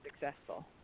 successful